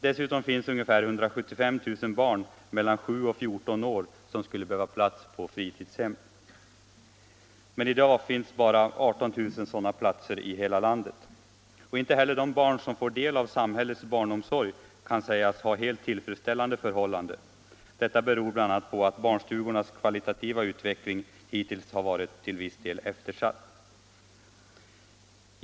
Dessutom finns ungefär 175 000 barn mellan 7 och 14 år som skulle behöva ha plats på fritidshem. Men i dag finns bara 18 000 sådana platser i hela landet. Inte heller de barn som får del av samhällets barnomsorg kan sägas ha helt tillfredsställande förhållanden. Detta beror bl.a. på att barnstugornas kvalitativa utveckling hittills har varit till viss del eftersatt.